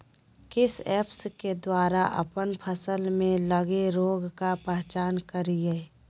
किस ऐप्स के द्वारा अप्पन फसल में लगे रोग का पहचान करिय?